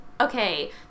okay